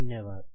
धन्यवाद